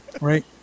Right